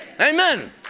Amen